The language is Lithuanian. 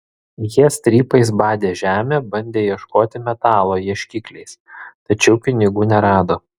jie strypais badė žemę bandė ieškoti metalo ieškikliais tačiau pinigų nerado